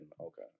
okay